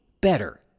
better